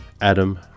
Adam